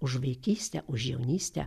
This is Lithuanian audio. už vaikystę už jaunystę